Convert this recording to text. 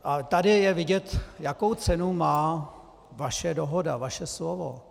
Ale tady je vidět, jakou cenu má vaše dohoda, vaše slovo.